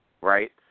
Right